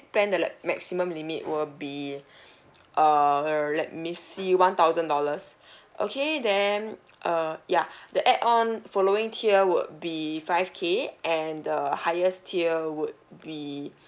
plan the like maximum limit will be err let me see one thousand dollars okay then uh ya the add on following tier would be five K and the highest tier would be